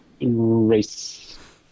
Race